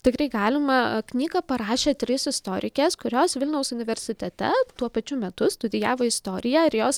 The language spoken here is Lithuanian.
tikrai galima knygą parašė trys istorikės kurios vilniaus universitete tuo pačiu metu studijavo istoriją ir jos